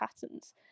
patterns